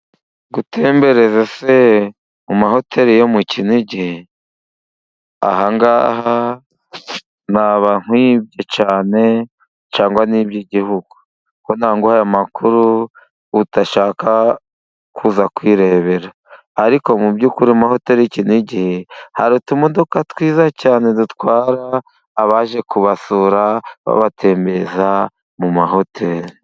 Ngutembereze se mu mahoteli yo mu Kinigi? Aha ngaha naba nkwibye cyane cyangwa nibye igihugu, kuko naba nguhaye amakuru udashaka kuza kwirebera ,ariko mu by'ukuri amahoteli y'i Kinigi ,hari utumodoka twiza cyane, dutwara abaje kubasura babatembereza mu mahoteli.